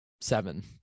seven